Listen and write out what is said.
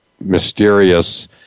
mysterious